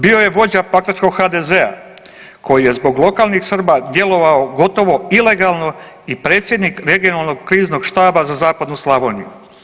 Bio je vođa pakračkog HDZ-a koji je zbog lokalnih Srba djelovao gotovo ilegalno i predsjednik regionalnog kriznog štaba za Zapadnu Slavoniju.